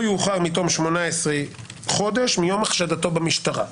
יאוחר מתום 18 חודש מיום החשדתו במשטרה.